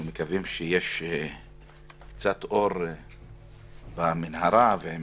ואנחנו מקווים שיש קצת אור בקצה המנהרה עם